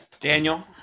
Daniel